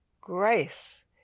Grace